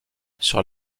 sur